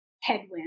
headwind